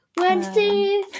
Wednesday